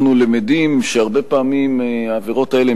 אנחנו למדים שהרבה פעמים העבירות האלה,